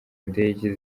indege